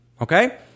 Okay